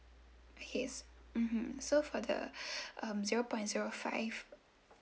okay mmhmm so for the zero point zero five